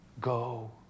go